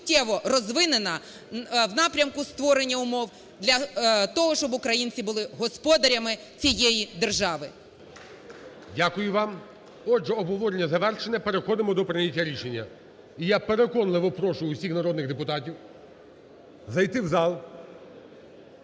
Дякую вам. Отже, обговорення завершено, переходимо до прийняття рішення. І я переконливо прошу усіх народних депутатів зайти в зал,